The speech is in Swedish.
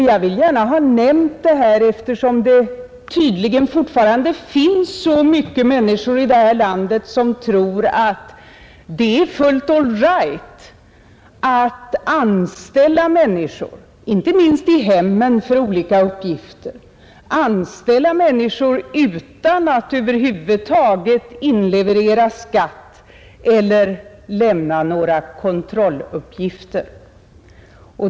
Jag vill gärna ha nämnt detta, eftersom det tydligen fortfarande finns så många som tror att det är fullt all right att anställa människor, inte minst i hemmen för olika uppgifter, utan att över huvud taget inleverera skatt eller lämna några kontrolluppgifter.